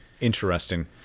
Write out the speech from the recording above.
interesting